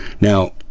now